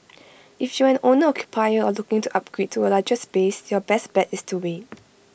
if you are an owner occupier or looking to upgrade to A larger space your best bet is to wait